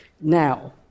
Now